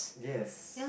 yes